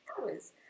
hours